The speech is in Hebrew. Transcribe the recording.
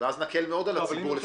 ואז נקל מאוד על הציבור,